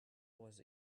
was